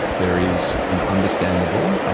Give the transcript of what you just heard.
there is an understandable,